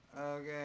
okay